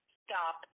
stop